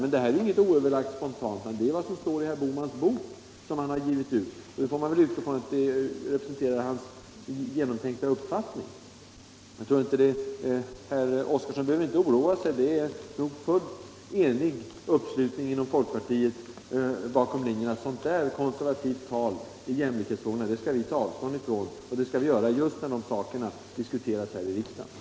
Men detta är inte något oöverlagt spontant utan det är vad som står i den bok herr Bohman givit ut. Det får man väl utgå ifrån representerar hans genomtänkta uppfattning. Jag tror inte att herr Oskarson behöver oroa sig; det är en fullt enig uppslutning inom folkpartiet bakom linjen att sådant konservativt tal i jämlikhetsfrågorna skall vi ta avstånd från och det skall vi göra just när de diskuteras här i riksdagen.